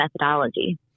methodology